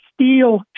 steel